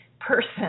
person